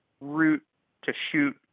root-to-shoot